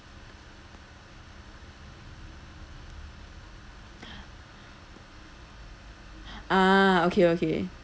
ah okay okay